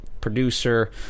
producer